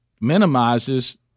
minimizes